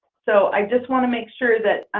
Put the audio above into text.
so i just want to make sure that